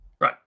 Right